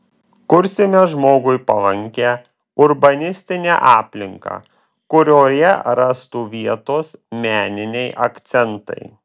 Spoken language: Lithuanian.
kursime žmogui palankią urbanistinę aplinką kurioje rastų vietos meniniai akcentai